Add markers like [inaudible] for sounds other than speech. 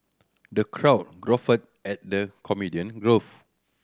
the crowd guffawed at the comedian [unintelligible]